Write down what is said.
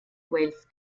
wales